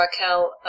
Raquel